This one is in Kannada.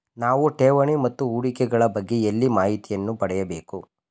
ನಾವು ಠೇವಣಿ ಮತ್ತು ಹೂಡಿಕೆ ಗಳ ಬಗ್ಗೆ ಎಲ್ಲಿ ಮಾಹಿತಿಯನ್ನು ಪಡೆಯಬೇಕು?